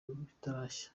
bitarashya